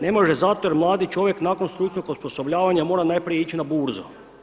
Ne može zato jer mladi čovjek nakon stručnog osposobljavanja mora najprije ići na burzu.